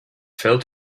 fell